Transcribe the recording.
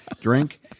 drink